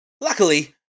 Luckily